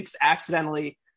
accidentally